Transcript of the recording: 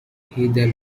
heather